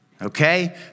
Okay